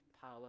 power